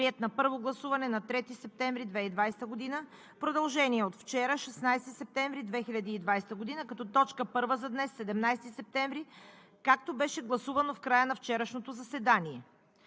приет на първо гласуване на 3 септември 2020 г. – продължение от вчера, 16 септември 2020 г., като точка първа за днес – 17 септември, както беше гласувано в края на вчерашното заседание.